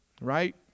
Right